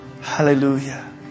Hallelujah